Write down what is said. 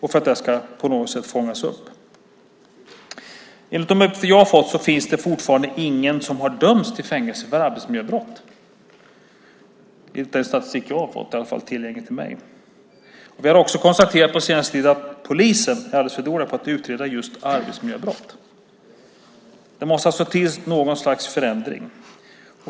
Enligt den statistik jag har tagit del av är det fortfarande ingen som har dömts till fängelse för arbetsmiljöbrott. Vi har också den senaste tiden kunnat konstatera att polisen är alldeles för dålig på att utreda arbetsmiljöbrott. Det måste alltså till en förändring.